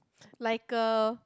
like a